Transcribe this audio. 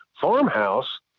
farmhouse